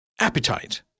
Appetite